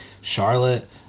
Charlotte